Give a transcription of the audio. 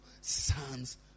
sons